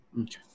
Okay